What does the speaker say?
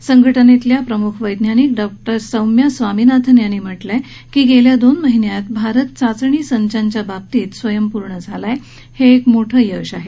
या संघटनेतील प्रमुख वैज्ञानिक डॉक्टर सौम्या स्वामिनाथन यांनी म्हटलं आहे की गेल्या दोन महिन्यात भारत चाचणी संचांच्या बाबतीत स्वयंपूर्ण झाला आहे हे एक मोठ यश आहे